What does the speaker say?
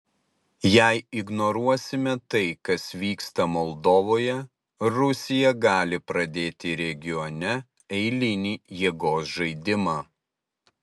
jei ignoruosime tai kas vyksta moldovoje rusija gali pradėti regione eilinį jėgos žaidimą